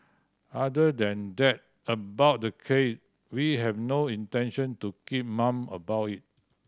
other than that about the case we have no intention to keep mum about it